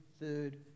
third